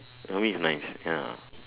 Hermes is nice ya